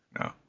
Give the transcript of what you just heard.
No